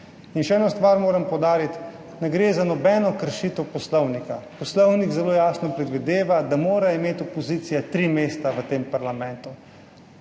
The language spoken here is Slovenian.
Še eno stvar moram poudariti. Ne gre za nobeno kršitev poslovnika. Poslovnik zelo jasno predvideva, da mora imeti opozicija tri mesta v tem parlamentu.